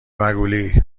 مگولی